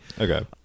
Okay